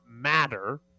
matter